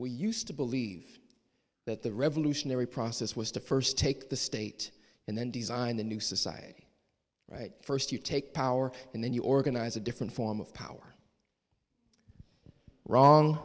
we used to believe that the revolutionary process was to first take the state and then design the new society first you take power and then you organize a different form of power wrong